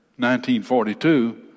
1942